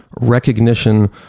recognition